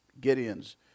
Gideon's